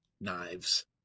knives